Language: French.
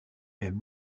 même